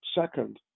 second